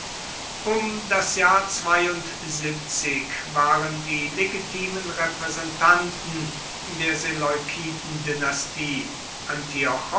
um das jahr waren die legitimen repräsentanten der